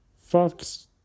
Fox